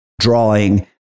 drawing